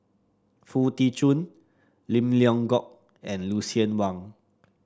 Foo Tee Jun Lim Leong Geok and Lucien Wang